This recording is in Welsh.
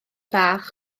bach